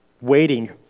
waiting